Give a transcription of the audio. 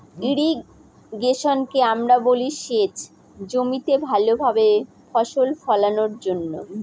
ইর্রিগেশনকে আমরা বলি সেচ জমিতে ভালো ভাবে ফসল ফোলানোর জন্য